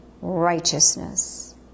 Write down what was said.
righteousness